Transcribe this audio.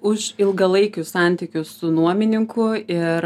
už ilgalaikius santykius su nuomininku ir